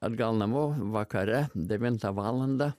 atgal namo vakare devintą valandą